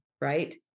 right